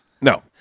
No